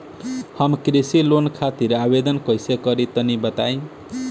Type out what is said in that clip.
हम कृषि लोन खातिर आवेदन कइसे करि तनि बताई?